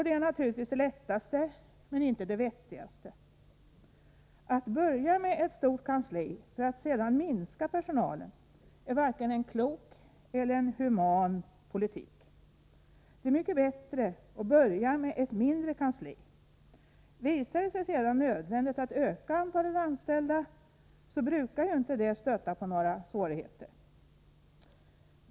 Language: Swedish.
Det är naturligtvis det enklaste, men inte det vettigaste. Att börja med ett stort kansli för att sedan minska personalen är varken en klok eller en human politik. Det är mycket bättre att börja med ett mindre kansli. Visar det sig sedan nödvändigt att öka antalet anställda, brukar inte det stöta på några svårigheter.